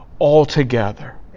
altogether